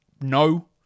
no